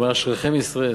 הוא אומר "אשריכם ישראל".